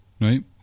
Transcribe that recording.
Right